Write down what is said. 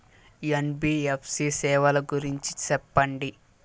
NBFC సేవల గురించి సెప్పండి?